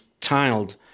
tiled